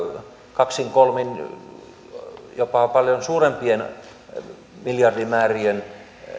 kahden kolmen ja jopa paljon suurempien miljardimäärien